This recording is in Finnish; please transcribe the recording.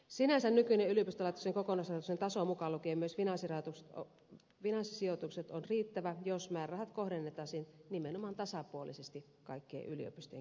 sinänsä nykyinen yliopistolaitoksen kokonaisrahoituksen taso mukaan lukien myös finanssisijoitukset on riittävä jos määrärahat kohdennettaisiin nimenomaan tasapuolisesti kaikkien yliopistojen kesken